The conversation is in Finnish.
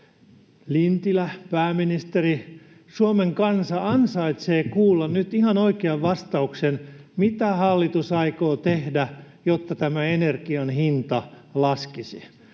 Lintilä, pääministeri, Suomen kansa ansaitsee kuulla nyt ihan oikean vastauksen, mitä hallitus aikoo tehdä, jotta tämä energian hinta laskisi.